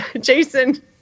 Jason